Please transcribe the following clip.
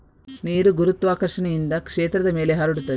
ನೀರು ಗುರುತ್ವಾಕರ್ಷಣೆಯಿಂದ ಕ್ಷೇತ್ರದ ಮೇಲೆ ಹರಡುತ್ತದೆ